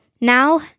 Now